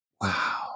Wow